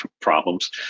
problems